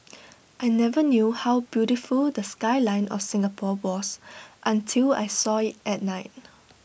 I never knew how beautiful the skyline of Singapore was until I saw IT at night